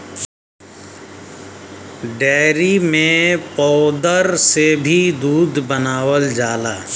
dairy में powder से भी दूध बनावल जाला